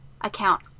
account